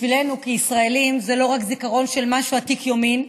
בשבילנו כישראלים זה לא רק זיכרון של משהו עתיק יומין.